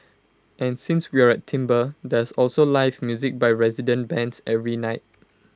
and since we're s there's also live music by resident bands every night